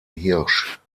hirsch